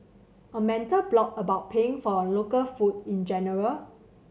a mental block about paying for local food in general